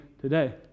today